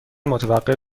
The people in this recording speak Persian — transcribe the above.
متوقف